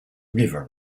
river